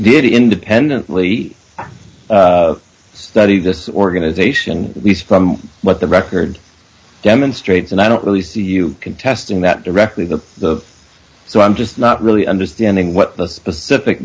did independently study this organization we spoke what the record demonstrates and i don't really see you contesting that directly to the so i'm just not really understanding what the specific